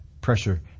pressure